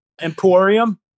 Emporium